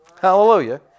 Hallelujah